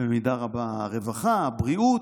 ובמידה רבה הרווחה, הבריאות.